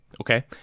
Okay